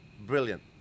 brilliant